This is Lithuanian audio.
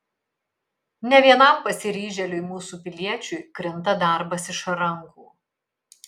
ne vienam pasiryžėliui mūsų piliečiui krinta darbas iš rankų